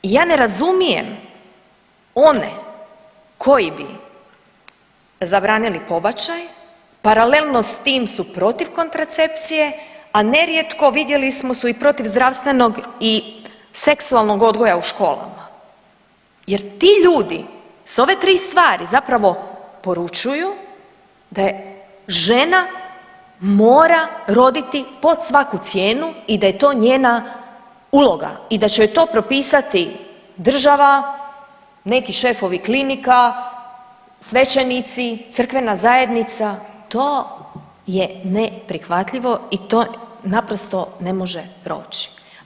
I ja ne razumijem one koji bi zabranili pobačaj paralelno s tim su protiv kontracepcije, a nerijetko vidjeli smo su i protiv zdravstvenog i seksualnog odgoja u školama jer ti ljudi s ove tri stvari zapravo poručuju da žena mora roditi pod svaku cijenu i da je to njena uloga i da će joj to propisati država, neki šefovi klinika, svećenici, crkvena zajednica, to je neprihvatljivo i to naprosto ne može proći.